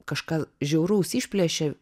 kažką žiauraus išplėšė